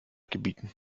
gebieten